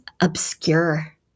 obscure